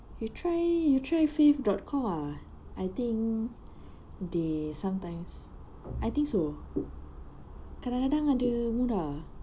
you try you try fayth dot com ah I think they sometimes I think so kadang-kadang ada murah